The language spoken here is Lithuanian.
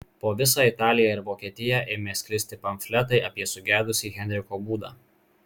po visą italiją ir vokietiją ėmė sklisti pamfletai apie sugedusį henriko būdą